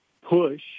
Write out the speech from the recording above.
push